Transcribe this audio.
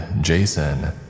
Jason